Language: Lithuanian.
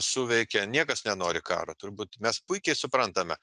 suveikė niekas nenori karo turbūt mes puikiai suprantame